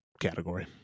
category